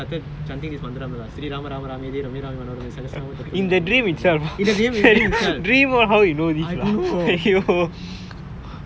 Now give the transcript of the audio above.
correct சீதே:sithae and all so right I close my eyes started chanting this mathram in the dream in the dream itself